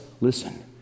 listen